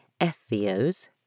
FVOs